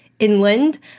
inland